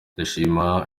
ndashima